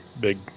big